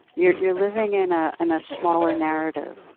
you're you're living in a and ah smaller narrative.